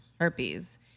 herpes